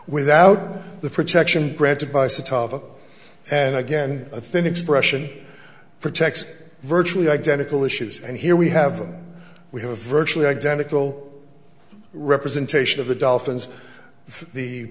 without the protection granted by set up and again i think expression protects virtually identical issues and here we have them we have a virtually identical representation of the dolphins the